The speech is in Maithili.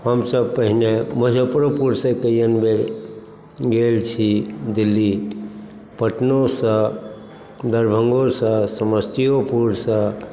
हमसब पहिने मुजफ्फरोपुरसँ कय बेर गेल छी दिल्ली पटनोसँ दरभङ्गोसँ समस्तीयोपुरसँ